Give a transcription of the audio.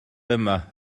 yma